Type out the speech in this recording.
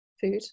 food